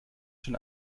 schon